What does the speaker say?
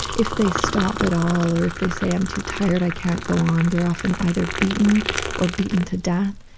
if they stop at all or if they say, i am too tired, i can't go on they are often either beaten or beaten to death.